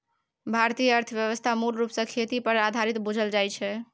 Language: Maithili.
भारतीय अर्थव्यवस्था मूल रूप सँ खेती पर आधारित बुझल जाइ छै